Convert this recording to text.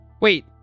Wait